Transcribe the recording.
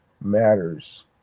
matters